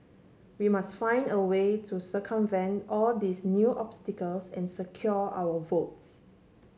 we must find a way to circumvent all these new obstacles and secure our votes